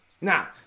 Now